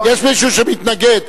יש מישהו שמתנגד?